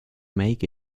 make